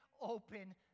open